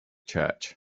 church